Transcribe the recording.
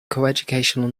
coeducational